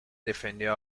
defendió